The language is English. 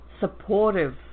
Supportive